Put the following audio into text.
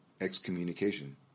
excommunication